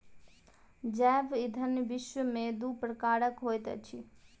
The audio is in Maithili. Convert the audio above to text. जैव ईंधन विश्व में दू प्रकारक होइत अछि